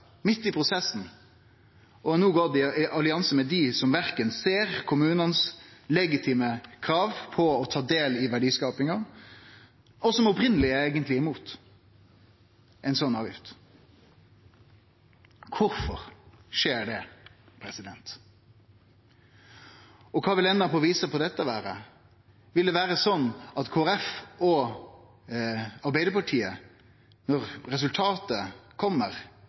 midt i prosessen og har no gått i allianse med dei som ikkje ser dei legitime krava til kommunane når det gjeld å ta del i verdiskapinga, og som opphavleg eigentleg er imot ei sånn avgift. Korfor skjer det? Kva vil enda på visa vere? Vil det vere sånn at Kristeleg Folkeparti og Arbeidarpartiet, når resultatet